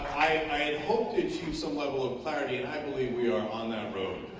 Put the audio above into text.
i had hoped to achieve some level of clarity and i believe we are on that road.